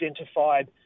identified